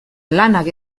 lanak